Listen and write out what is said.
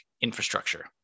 infrastructure